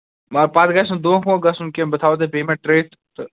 مگر پَتہٕ گژھِ نہٕ دۄنکھٕ ووٚنکھٕ گژھُن کیٚنٛہہ بہٕ تھاہو تۄہہِ پیمٮ۪نٛٹ ترٛٲتھ تہٕ